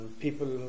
People